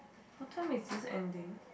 what time is this ending